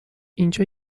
اینجا